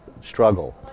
struggle